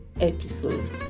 episode